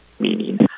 Meaning